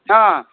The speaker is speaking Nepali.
अँ